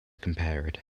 compared